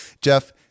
Jeff